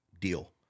deal